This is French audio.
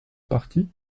partie